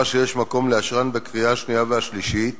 שיש מקום לאשרן בקריאה השנייה והשלישית